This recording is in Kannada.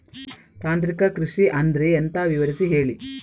ತಾಂತ್ರಿಕ ಕೃಷಿ ಅಂದ್ರೆ ಎಂತ ವಿವರಿಸಿ ಹೇಳಿ